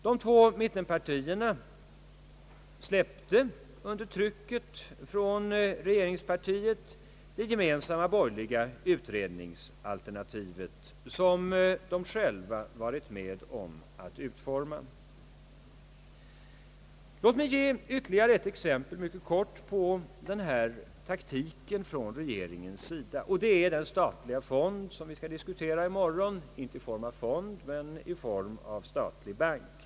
De två mittenpartierna släppte under trycket från regeringspartiet det gemensamma borgerliga utredningsalternativ, som de själva varit med om att utforma. Låt mig ge ytterligare ett exempel, mycket kort, på taktiken från regeringens sida. Det gäller den statliga fond som vi i morgon skall diskutera — inte i form av en fond, utan i form av en statlig bank.